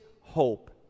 hope